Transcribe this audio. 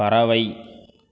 பறவை